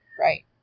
Right